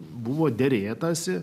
buvo derėtasi